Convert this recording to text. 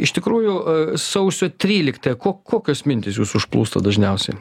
iš tikrųjų sausio tryliktąją ko kokios mintys jus užplūsta dažniausiai